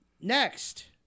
Next